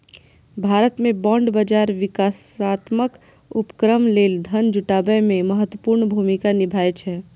भारत मे बांड बाजार विकासात्मक उपक्रम लेल धन जुटाबै मे महत्वपूर्ण भूमिका निभाबै छै